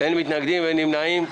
אין מתנגדים ואין נמנעים.